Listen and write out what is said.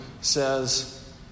says